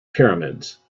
pyramids